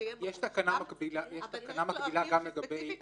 שיהיה ברור --- יש תקנה מקבילה גם לגבי הזוכה?